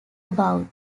about